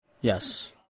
Yes